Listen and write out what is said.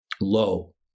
low